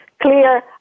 clear